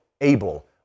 able